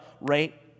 right